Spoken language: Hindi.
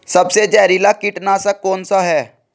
सबसे जहरीला कीटनाशक कौन सा है?